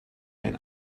ein